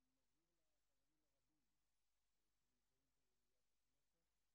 אני מבהיר לחברים הרבים שנמצאים פה במליאת הכנסת,